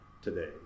Today